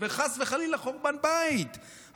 וחס וחלילה חורבן בית.